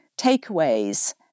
takeaways